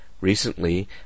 recently